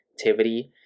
activity